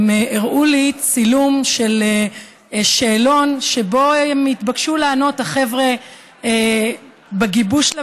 הם הראו לי צילום של שאלון שבו החבר'ה התבקשה לענות,